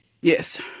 Yes